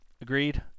Agreed